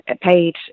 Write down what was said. paid